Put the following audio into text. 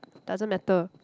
doesn't matter